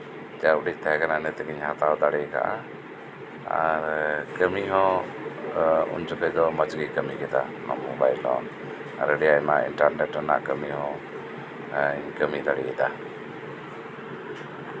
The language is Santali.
ᱠᱟᱹᱣᱰᱤ ᱛᱟᱦᱮᱸ ᱠᱟᱱᱟ ᱩᱱᱟᱹᱜ ᱛᱮᱜᱤᱧ ᱦᱟᱛᱟᱣ ᱫᱟᱲᱮ ᱠᱟᱫᱟ ᱟᱨ ᱠᱟᱹᱢᱤ ᱦᱚᱸ ᱩᱱ ᱡᱚᱠᱷᱚᱡ ᱫᱚ ᱢᱚᱡᱽ ᱜᱮ ᱠᱟᱹᱢᱤᱭᱮᱫᱟ ᱱᱚᱣᱟ ᱢᱳᱵᱟᱭᱤᱞ ᱦᱚᱸ ᱟᱨ ᱟᱹᱰᱤ ᱟᱭᱢᱟ ᱤᱱᱴᱟᱨᱱᱮᱴ ᱨᱮᱱᱟᱜ ᱠᱟᱹᱢᱤ ᱦᱚᱧ ᱠᱟᱹᱢᱤ ᱫᱟᱲᱮᱭᱟᱫᱟ